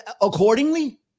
accordingly